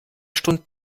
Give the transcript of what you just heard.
stunden